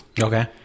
okay